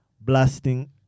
blasting